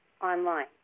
online